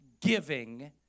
giving